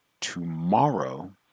tomorrow